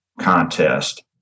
Contest